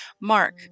Mark